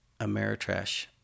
Ameritrash